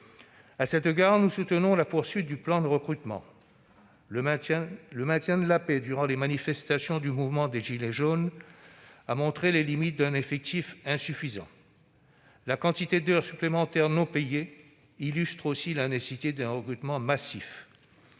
À cet égard, nous soutenons la poursuite du plan de recrutement. Le maintien de la paix durant les manifestations du mouvement des gilets jaunes a montré les limites d'un effectif insuffisant. La quantité d'heures supplémentaires non payées illustre aussi la nécessité d'un recrutement massif